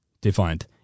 Defined